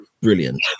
Brilliant